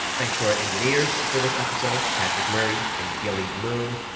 thanks to our engineers for this episode, patrick murray and gilly moon.